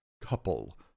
couple